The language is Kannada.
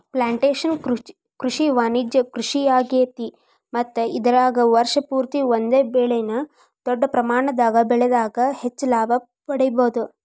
ಪ್ಲಾಂಟೇಷನ್ ಕೃಷಿ ವಾಣಿಜ್ಯ ಕೃಷಿಯಾಗೇತಿ ಮತ್ತ ಇದರಾಗ ವರ್ಷ ಪೂರ್ತಿ ಒಂದೇ ಬೆಳೆನ ದೊಡ್ಡ ಪ್ರಮಾಣದಾಗ ಬೆಳದಾಗ ಹೆಚ್ಚ ಲಾಭ ಪಡಿಬಹುದ